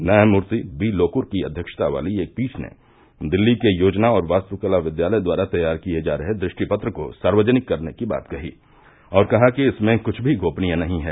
न्यायमूर्ति बीलोक्र की अध्यक्षता वाली एक पीठ ने दिल्ली के योजना और वास्तुकला विद्यालय द्वारा तैयार किये जा रहे दृष्टि पत्र को सार्वजनिक करने की बात कही और कहा कि इसमें कुछ भी गोपनीय नहीं है